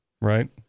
right